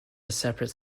separate